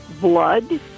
blood